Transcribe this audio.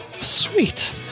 Sweet